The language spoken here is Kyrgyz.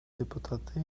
депутаты